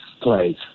place